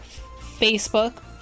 Facebook